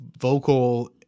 vocal